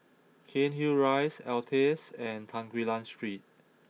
Cairnhill Rise Altez and Tan Quee Lan Street